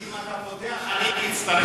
דוד, אם אתה פותח, אני מצטרף אליך.